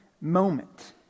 moment